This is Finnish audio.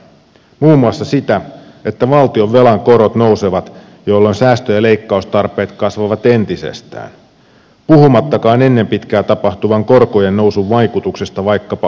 muun muassa sitä että valtionvelan korot nousevat jolloin säästö ja leikkaustarpeet kasvavat entisestään puhumattakaan ennen pitkää tapahtuvan korkojen nousun vaikutuksista vaikkapa asuntolainojen korkoihin